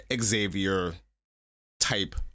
Xavier-type